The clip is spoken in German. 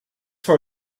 vor